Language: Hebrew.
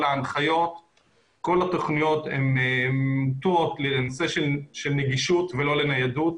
כל ההנחיות וכל התכניות מוטות לנושא של נגישות ולא לניידות.